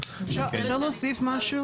אפשר להוסיף משהו?